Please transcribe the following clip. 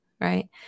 right